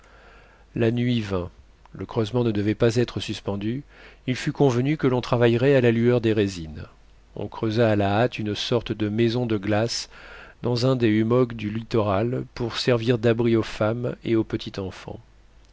la nuit vint le creusement ne devait pas être suspendu il fut convenu que l'on travaillerait à la lueur des résines on creusa à la hâte une sorte de maison de glace dans un des hummocks du littoral pour servir d'abri aux femmes et au petit enfant